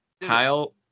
kyle